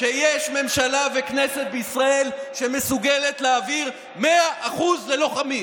יש ממשלה וכנסת בישראל שמסוגלת להעביר 100% ללוחמים.